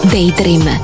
Daydream